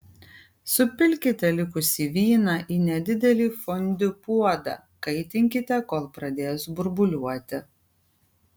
supilkite likusį vyną į nedidelį fondiu puodą kaitinkite kol pradės burbuliuoti